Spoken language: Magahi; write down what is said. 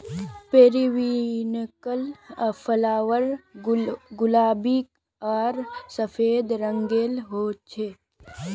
पेरिविन्कल फ्लावर गुलाबी आर सफ़ेद रंगेर होचे